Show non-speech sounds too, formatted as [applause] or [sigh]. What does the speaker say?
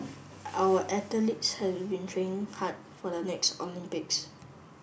our [unintelligible] have been training hard for the next Olympics